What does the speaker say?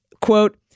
Quote